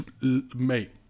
mate